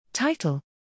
Title